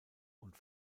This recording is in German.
und